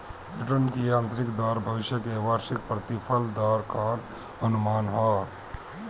return की आतंरिक दर भविष्य के वार्षिक प्रतिफल दर कअ अनुमान हवे